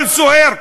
כל סוהר,